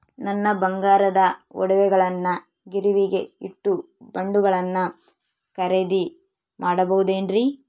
ನನ್ನ ಬಂಗಾರದ ಒಡವೆಗಳನ್ನ ಗಿರಿವಿಗೆ ಇಟ್ಟು ಬಾಂಡುಗಳನ್ನ ಖರೇದಿ ಮಾಡಬಹುದೇನ್ರಿ?